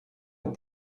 aux